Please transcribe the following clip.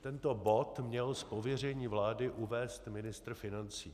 Tento bod měl z pověření vlády uvést ministr financí.